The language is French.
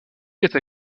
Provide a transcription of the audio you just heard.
aussi